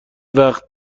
وقت